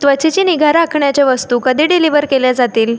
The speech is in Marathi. त्वचेची निगा राखण्याच्या वस्तू कधी डिलिव्हर केल्या जातील